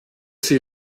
sie